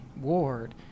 ward